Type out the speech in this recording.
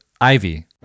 Ivy